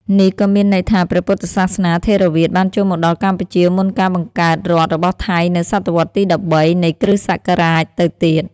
នេះក៏មានន័យថា ព្រះពុទ្ធសាសនាថេរវាទបានចូលមកដល់កម្ពុជាមុនការបង្កើតរដ្ឋរបស់ថៃនៅសតវត្សរ៍ទី ១៣ នៃគ្រិស្តសករាជទៅទៀត។